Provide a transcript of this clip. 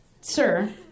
Sir